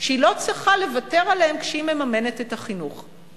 שהיא לא צריכה לוותר עליהם כשהיא מממנת את החינוך.